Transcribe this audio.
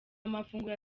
amafunguro